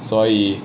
所以